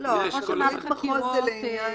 ראש ענף חקירות זה גורם פיקודי.